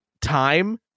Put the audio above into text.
time